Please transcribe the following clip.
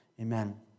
Amen